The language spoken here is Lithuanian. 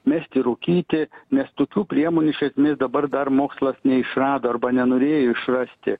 mesti rūkyti nes tokių priemonių iš esmės dabar dar mokslas neišrado arba nenorėjo išrasti